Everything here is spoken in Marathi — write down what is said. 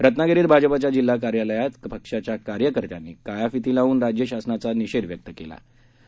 रत्नागिरीत भाजपाच्या जिल्हा कार्यालयात पक्षाच्या कार्यकर्त्यांनी काळ्या फिती लावून राज्य शासनाचा निषेध व्यक्त करणारे फलक झळकावले